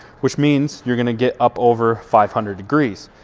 which means you're gonna get up over five hundred degrees.